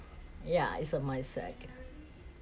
yeah it's a mindset